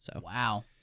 Wow